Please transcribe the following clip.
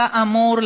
כאמור,